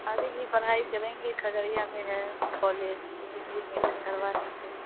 آگے کی پڑھائی کریں گے کھگڑیا میں ہے کالج اسی میں ایڈمیشن کروا لیں گے